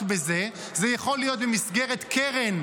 חברת הכנסת לזימי.